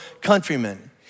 countrymen